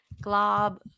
Glob